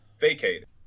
vacated